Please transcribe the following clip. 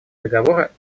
договора